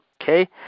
Okay